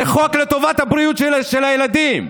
זה חוק לטובת הבריאות של הילדים,